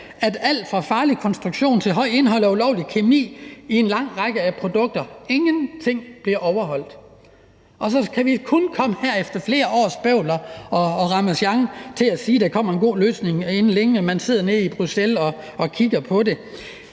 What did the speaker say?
alt fra farlig konstruktion til højt indhold af ulovlig kemi i en lang række produkter. Ingenting bliver overholdt. Og så kan vi kun efter flere års bøvl og ramasjang nå frem til at sige, at der kommer en god løsning inden længe, for man sidder nede i Bruxelles og kigger på det.